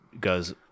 goes